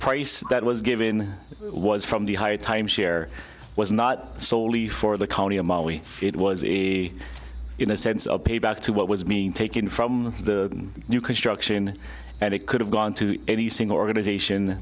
price that was given was from the higher timeshare was not soley for the county it was the in a sense of payback to what was being taken from the new construction and it could have gone to any single organization